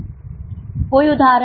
कोई उदाहरण